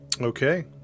Okay